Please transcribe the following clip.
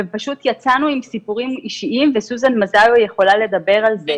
ופשוט יצאנו עם סיפורים אישיים וסוזן מזאוי יכולה לדבר על זה.